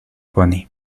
pony